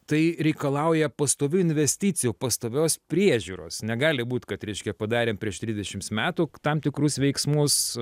tai reikalauja pastovių investicijų pastovios priežiūros negali būt kad reiškia padarėm prieš trisdešims metų tam tikrus veiksmus